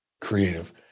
creative